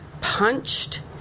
punched